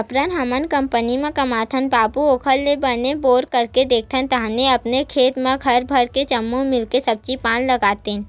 जबरन हमन कंपनी म कमाथन बाबू ओखर ले बने बोर करवाके देखथन ताहले अपने खेत म घर भर के जम्मो झन मिलके सब्जी पान लगातेन